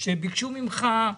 שביקשו ממך.